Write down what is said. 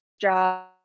job